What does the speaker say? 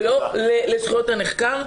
ולא לזכויות הנחקר.